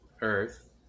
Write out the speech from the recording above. Earth